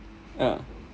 ah